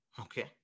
Okay